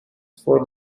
for